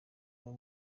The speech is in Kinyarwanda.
abo